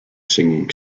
singing